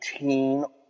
18